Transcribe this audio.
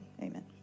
Amen